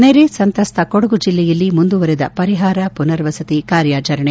ನೆರೆ ಸಂತ್ರಸ್ತ ಕೊಡಗು ಜಿಲ್ಲೆಯಲ್ಲಿ ಮುಂದುವರೆದ ಪರಿಹಾರ ಮನರ್ವಸತಿ ಕಾರ್ಯಾಚರಣೆ